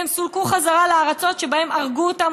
הם סולקו בחזרה לארצות שבהם הרגו אותם,